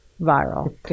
viral